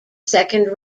second